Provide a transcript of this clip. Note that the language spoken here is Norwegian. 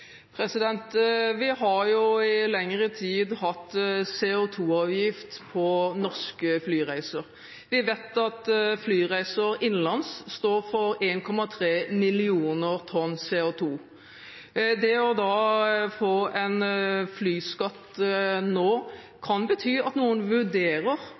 Vi har i lengre tid hatt CO2-avgift på norske flyreiser. Vi vet at flyreiser innenlands står for 1,3 millioner tonn CO2. Det å få en flyskatt nå kan bety at noen vurderer: